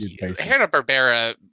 Hanna-Barbera